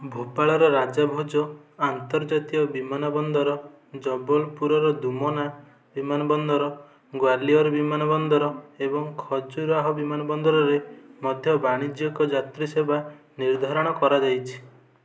ଭୋପାଳର ରାଜା ଭୋଜ ଆନ୍ତର୍ଜାତୀୟ ବିମାନବନ୍ଦର ଜବଲପୁରର ଦୁମନା ବିମାନବନ୍ଦର ଗ୍ୱାଲିୟର୍ ବିମାନବନ୍ଦର ଏବଂ ଖଜୁରାହୋ ବିମାନବନ୍ଦରରେ ମଧ୍ୟ ବାଣିଜ୍ୟିକ ଯାତ୍ରୀ ସେବା ନିର୍ଦ୍ଧାରଣ କରାଯାଇଛି